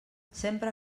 sempre